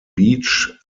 beach